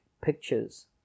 Pictures